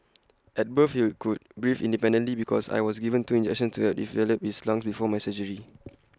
at birth he could breathe independently because I was given two injections to the develop his lungs before my surgery